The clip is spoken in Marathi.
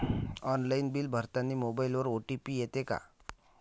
ऑनलाईन बिल भरतानी मोबाईलवर ओ.टी.पी येते का?